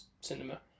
cinema